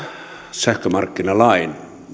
sähkömarkkinalain